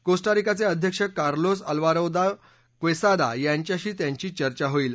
Costa रिकाचे अध्यक्ष Carlos Alvarado Quesada यांच्याशी त्यांची चर्चा होईल